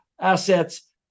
assets